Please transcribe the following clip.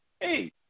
hey